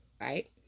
right